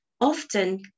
often